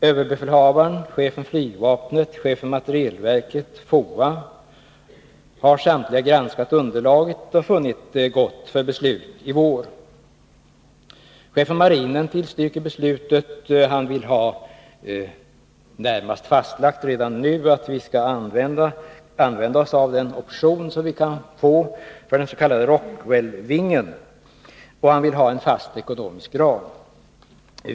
Överbefälhavaren, chefen för flygvapnet, chefen för materielverket och FOA har samtliga granskat underlaget och funnit det gott för ett beslut i vår. Chefen för marinen tillstyrker ett beslut och vill ha närmast fastlagt redan nu att vi skall använda oss av den option som vi kan få för den s.k. Rockwellvingen, och han vill ha en fast ekonomisk ram.